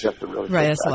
Right